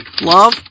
Love